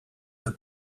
the